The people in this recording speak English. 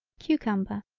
cucumber.